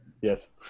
Yes